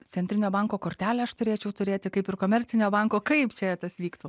centrinio banko kortelę aš turėčiau turėti kaip ir komercinio banko kaip čia tas vyktų